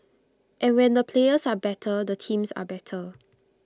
and when the players are better the teams are better